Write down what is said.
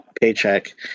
paycheck